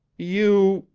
you.